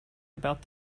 about